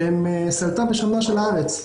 שהם סלתה ושמנה של הארץ.